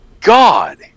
God